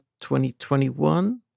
2021